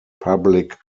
public